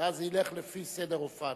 ואז זה ילך לפי סדר הופעתם.